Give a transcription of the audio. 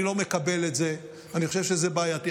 אני לא מקבל את זה, אני חושב שזה בעייתי.